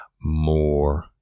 more